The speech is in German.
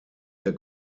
der